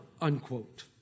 unquote